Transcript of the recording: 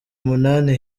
umunani